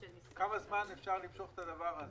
כמה זמן אפשר למשוך את הדבר הזה?